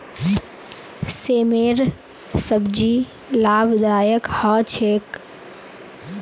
सेमेर सब्जी लाभदायक ह छेक